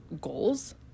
goals